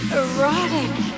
erotic